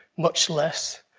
much less.